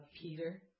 Peter